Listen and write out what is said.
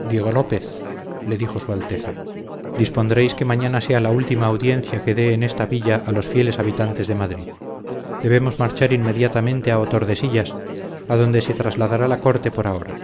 diego lópez le dijo su alteza dispondréis que mañana sea la última audiencia que dé en esta villa a los fieles habitantes de madrid debemos marchar inmediatamente a otordesillas adonde se trasladará la corte por ahora